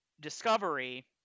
Discovery